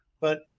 But-